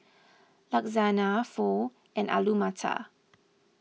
Lasagna Pho and Alu Matar